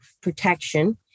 protection